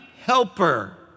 helper